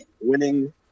winning